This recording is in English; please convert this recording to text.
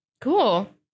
Cool